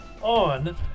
on